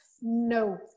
No